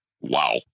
wow